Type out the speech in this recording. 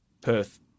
Perth